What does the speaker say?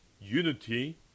unity